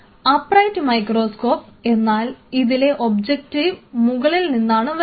upright microscope എന്നാൽ ഇതിലെ objective മുകളിൽ നിന്നാണ് വരുന്നത്